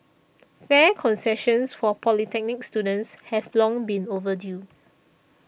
fare concessions for polytechnic students have long been overdue